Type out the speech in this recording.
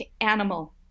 animal